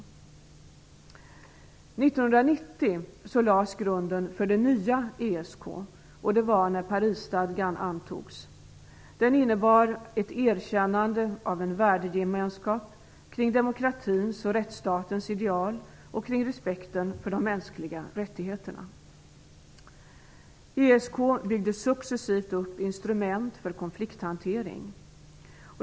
År 1990 lades grunden för det nya ESK i samband med att Parisstadgan antogs. Den innebar ett erkännande av en värdegemenskap kring demokratins och rättsstatens ideal och kring respekten för de mänskliga rättigheterna. ESK byggde successivt upp instrument för konflikthantering.